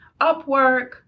Upwork